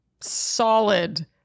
solid